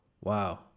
Wow